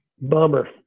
bummer